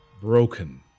broken